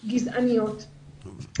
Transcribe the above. גזעניות,